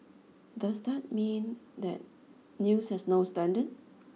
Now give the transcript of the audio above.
does that mean that news has no standard